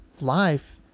life